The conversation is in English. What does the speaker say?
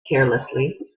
carelessly